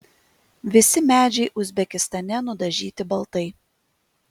visi medžiai uzbekistane nudažyti baltai